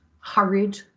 hurried